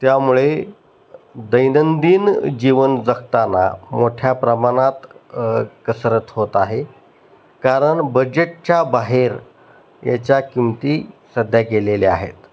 त्यामुळे दैनंदिन जीवन जगताना मोठ्या प्रमाणात कसरत होत आहे कारण बजेटच्या बाहेर याच्या किंमती सध्या गेलेल्या आहेत